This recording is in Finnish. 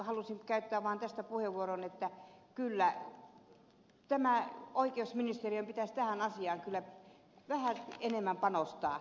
halusin käyttää vain tästä puheenvuoron että oikeusministeriön pitäisi tähän asiaan kyllä vähän enemmän panostaa